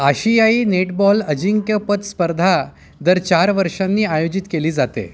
आशियाई नेटबॉल अजिंक्यपद स्पर्धा दर चार वर्षांनी आयोजित केली जाते